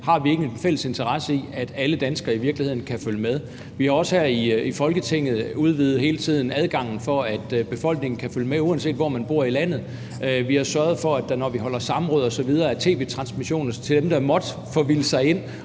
Har vi ikke en fælles interesse i, at alle danskere i virkeligheden kan følge med? Vi har også her i Folketinget hele tiden udvidet adgangen til, at befolkningen kan følge med, uanset hvor man bor i landet. Vi har sørget for, at der, når vi holder samråd osv., er tv-transmission af det for dem, der måtte forvilde sig ind